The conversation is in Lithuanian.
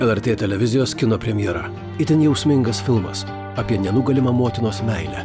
lrt televizijos kino premjera itin jausmingas filmas apie nenugalimą motinos meilę